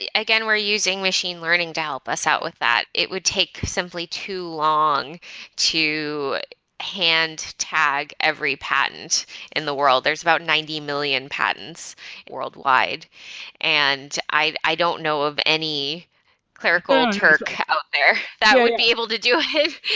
again, we're using machine learning to help us out with that. it would take simply too long to hand tag every patents in the world. there's about ninety million patents worldwide and i i don't know of any clerical turk out there that would be able to do it.